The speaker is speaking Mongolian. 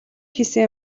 хийсэн